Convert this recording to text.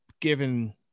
given